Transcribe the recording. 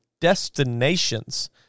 Destinations